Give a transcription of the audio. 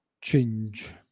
change